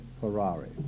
Ferrari